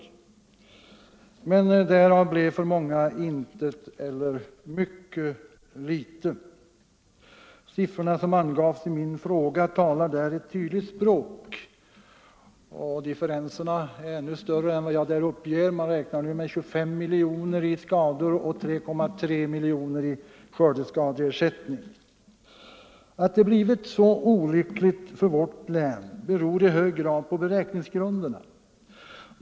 Men därav blev för många intet eller mycket litet. De siffror som jag angav i min fråga talar där ett tydligt språk. Differenserna är ännu större än vad jag angav, och skördeskadorna beräknas nu till 25 miljoner mot en skördeskadeersättning på 3,5 milj.kr. Att resultatet har blivit så olyckligt för vårt län beror i hög grad på beräkningsgrunderna.